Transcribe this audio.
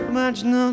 Imagine